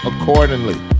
accordingly